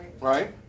right